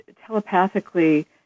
telepathically